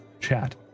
chat